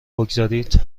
بگذارید